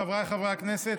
חבריי חברי הכנסת,